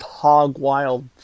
hog-wild